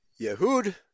Yehud